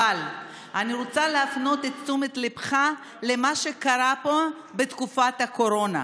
אבל אני רוצה להפנות את תשומת ליבך למה שקרה פה בתקופת הקורונה.